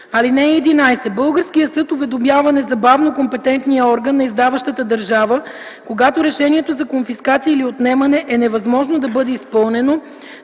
ал. 1, т. 5. (11) Българският съд уведомява незабавно компетентния орган на издаващата държава, когато решението за конфискация или отнемане е невъзможно да бъде изпълнено,